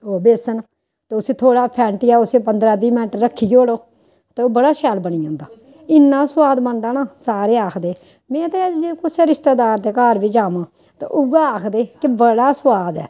ओह् बेसन ते उस्सी थोड़ा फैंटियैउस्सी पंदरां बीह् मैंट रक्खी ओड़ो ते बड़ा शैल बनी जंदा इन्ना सोआद बनदा ना सारे आखदे मी ते इ'यां कुसै रिश्तेदार दे घर बी जावां ते उ'ऐ आखदे कि बड़ा सोआद ऐ